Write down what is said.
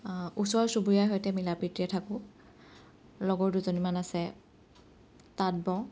ওচৰ চুবুৰীয়াৰ সৈতে মিলা প্ৰীতিৰে থাকোঁ লগত দুজনীমান আছে তাঁত বওঁ